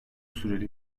süreli